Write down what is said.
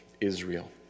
Israel